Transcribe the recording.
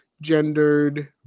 gendered